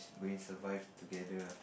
going to survive together ah